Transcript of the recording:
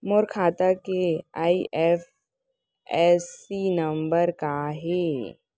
मोर खाता के IFSC number का हे?